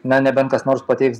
na nebent kas nors pateiks